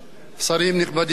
שרים נכבדים,